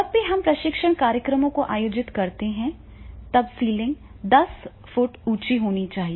जब भी हम प्रशिक्षण कार्यक्रमों का आयोजन करते हैं तब सीलिंग 10 फुट ऊंची होनी चाहिए